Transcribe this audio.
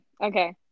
Okay